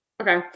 Okay